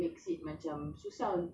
first thing society ah